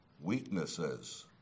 weaknesses